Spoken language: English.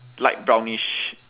light brownish